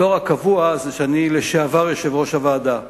התואר הקבוע זה שאני יושב-ראש הוועדה לשעבר.